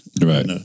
Right